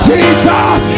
Jesus